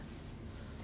if not we will die